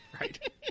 Right